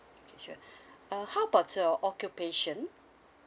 okay sure uh how about uh occupation